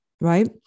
right